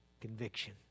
Conviction